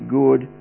good